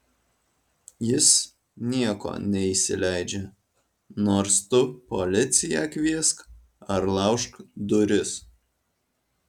jis nieko neįsileidžia nors tu policiją kviesk ar laužk duris